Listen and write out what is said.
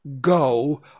go